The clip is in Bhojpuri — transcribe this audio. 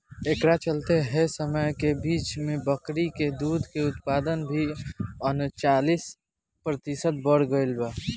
एकरा चलते एह समय के बीच में बकरी के दूध के उत्पादन भी उनचालीस प्रतिशत बड़ गईल रहे